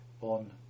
on